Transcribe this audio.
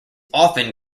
often